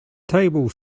table